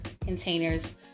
containers